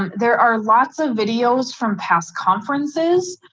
there are lots of videos from past conferences.